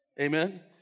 Amen